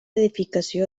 edificació